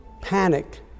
panic